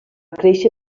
créixer